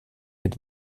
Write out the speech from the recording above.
mit